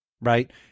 Right